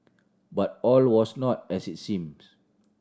but all was not as it seemed